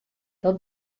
dat